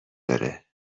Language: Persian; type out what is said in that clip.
داره